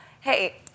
Hey